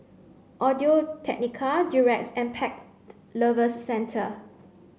Audio Technica Durex and Pet Lovers Centre